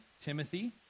Timothy